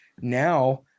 now